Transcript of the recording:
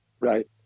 Right